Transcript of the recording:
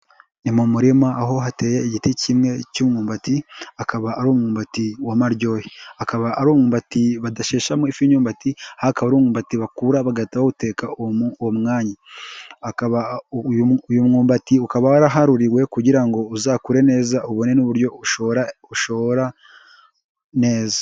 Ni mu murima aho hateye igiti kimwe cy'umwumbati akaba ari umwumbati wa maryohe, akaba ari umwumbati badasheshamo ifu y'imyumbati ariko akaba ari umwumbati bakura bagahita bawuteka uwo mwanya. Uyu mwumbati ukaba waraharuriwe kugira ngo uzakure neza ubone n'uburyo ushora ushora neza.